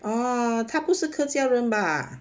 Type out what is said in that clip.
啊他不是客家人吧